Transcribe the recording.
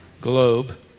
Globe